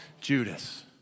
Judas